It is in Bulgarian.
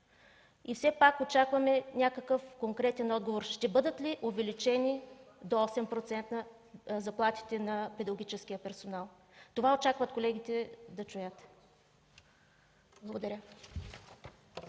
И все пак очакваме някакъв конкретен отговор – ще бъдат ли увеличени до 8% заплатите на педагогическия персонал? Това очакват да чуят колегите. Благодаря.